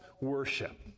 worship